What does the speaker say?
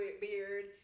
beard